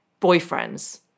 boyfriends